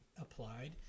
applied